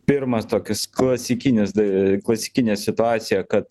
pirmas toks klasikinis klasikinė situacija kad